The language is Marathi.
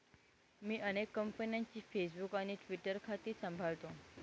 मी अनेक कंपन्यांची फेसबुक आणि ट्विटर खाती सांभाळतो